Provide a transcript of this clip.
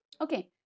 Okay